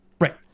Right